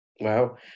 wow